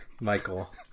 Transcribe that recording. Michael